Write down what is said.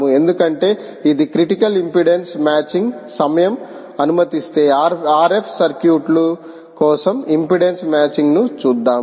ఎందుకంటే ఇది critical impedance matching సమయం అనుమతిస్తే RF సర్క్యూట్ల కోసం ఇంపిడెన్స్ మ్యాచింగ్ ను చూద్దాము